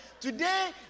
Today